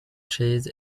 chase